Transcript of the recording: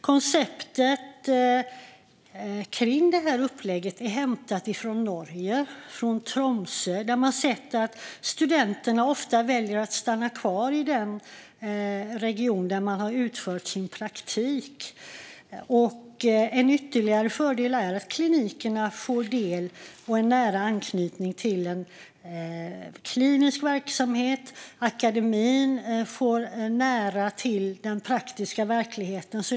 Konceptet kring detta upplägg är hämtat från Norge, från Tromsö, där man har sett att studenterna ofta väljer att stanna kvar i den region där de har utfört sin praktik. En ytterligare fördel är att klinikerna får del av och en nära anknytning till en klinisk verksamhet. Och akademin får nära till den praktiska verkligheten.